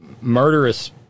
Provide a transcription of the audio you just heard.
murderous